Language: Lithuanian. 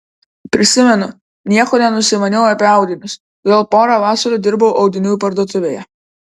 prisimenu nieko nenusimaniau apie audinius todėl porą vasarų dirbau audinių parduotuvėje